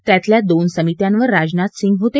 त्यातल्या दोन समित्यांवर राजनाथ सिंग होते